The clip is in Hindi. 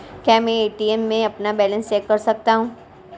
क्या मैं ए.टी.एम में अपना बैलेंस चेक कर सकता हूँ?